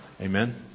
Amen